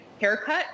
haircut